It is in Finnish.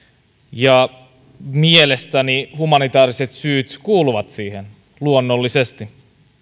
mielestäni humanitääriset syyt kuuluvat niihin luonnollisesti